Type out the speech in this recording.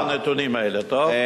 אני מביא את הנתונים האלה, טוב?